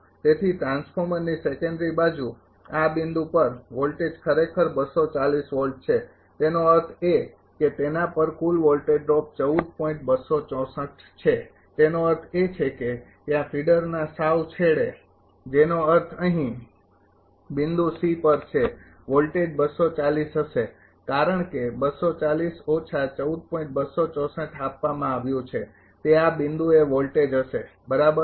તેથી ટ્રાન્સફોર્મરની સેકન્ડરી બાજુ આ બિંદુ પર વોલ્ટેજ ખરેખર વોલ્ટ છે તેનો અર્થ એ કે તેના પર કુલ વોલ્ટેજ ડ્રોપ છે તેનો અર્થ એ છે કે ત્યાં ફીડરના સાવ છેડે જેનો અર્થ અહીં બિંદુ પર છે વોલ્ટેજ હશે કારણ કે તે આપવામાં આવ્યું છે તે આ બિંદુએ વોલ્ટેજ હશે બરાબર